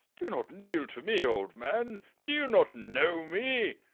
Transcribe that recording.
do not kneel to me, old man! do you not know me?